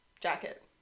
jacket